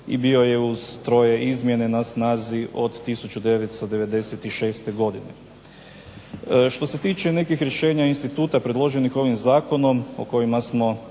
i bio je uz troje izmijene na snazi od 1996. godine. Što se tiče nekih rješenja instituta predloženih ovim zakonom o kojima smo